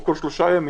או כל שלושה ימים,